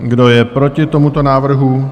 Kdo je proti tomuto návrhu?